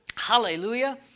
Hallelujah